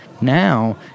now